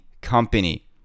Company